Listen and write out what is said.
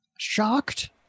shocked